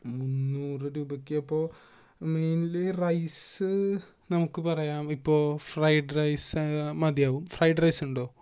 മുന്നൂറ് രൂപയ്ക്കിപ്പോൾ mainly rice നമുക്ക് പറയാം ഇപ്പോൾ ഫ്രൈഡ് റൈസ് മതിയാകും ഫ്രൈഡ് റൈസുണ്ടോ